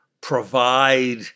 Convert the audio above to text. provide